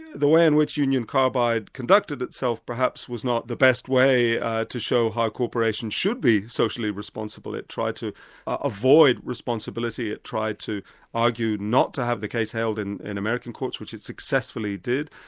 the way in which union carbide conducted itself perhaps, was not the best way to show how corporations should be socially responsible. it tried to avoid responsibility, it tried to argue not to have the case held in in american courts, which it successfully did,